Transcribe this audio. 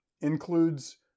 includes